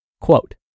Quote